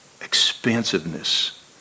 expansiveness